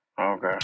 Okay